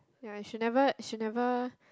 ya should never should never